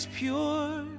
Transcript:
pure